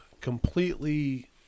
completely